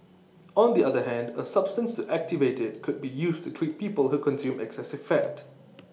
on the other hand A substance to activate IT could be used to treat people who consume excessive fat